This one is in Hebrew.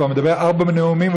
הוא כבר מדבר ארבעה נאומים,